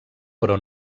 però